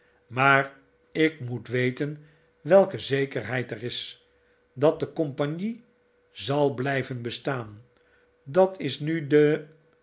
maar ik moet weten welke zekerheid er is dat de compagnie zal blijven bestaan dat is nu de